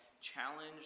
challenge